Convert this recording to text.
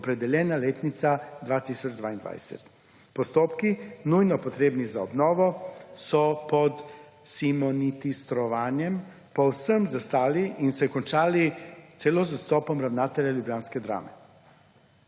opredeljena letnica 2022. Postopki, nujno potrebni za obnovo, so pod »simonitistrovanjem« povsem zastali in se končali celo z odstopom ravnatelja ljubljanske Drame.